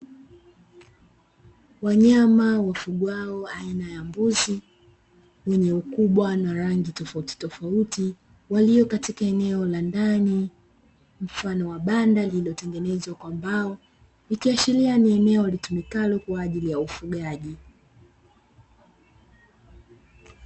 Wanyama wafugwao aina ya mbuzi wenye ukubwa na rangi tofauti tofauti walio katika eneo la ndani mfano wa banda lililotengenezwa kwa mbao, ikiashiria ni eneo litumikalo kwa ajili ya ufugaji.